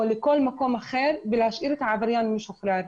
לכל מקום אחר ולהשאיר את העבריין משוחרר.